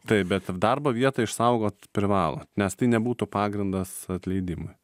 taip bet darbo vietą išsaugot privalo nes tai nebūtų pagrindas atleidimui